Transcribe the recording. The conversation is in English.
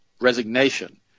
resignation